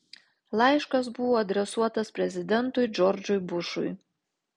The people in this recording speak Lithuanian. laiškas buvo adresuotas prezidentui džordžui bušui